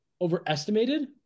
overestimated